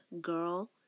girl